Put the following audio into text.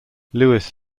lewis